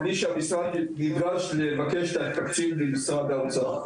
בלי שהמשרד ניגש לבקש תקציב ממשרד האוצר.